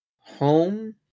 home